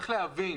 צריך להבין